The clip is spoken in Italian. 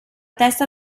testa